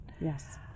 Yes